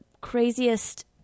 craziest